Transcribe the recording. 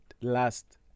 last